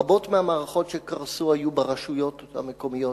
רבות מהמערכות שקרסו היו ברשויות המקומיות,